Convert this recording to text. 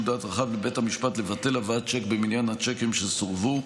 דעת רחב לבית המשפט לבטל הבאת צ'ק במניין הצ'קים שסורבו,